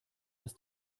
dass